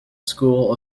school